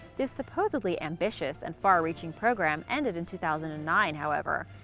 this supposedly ambitious and far-reaching program ended in two thousand and nine, however.